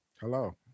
Hello